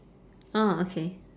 oh okay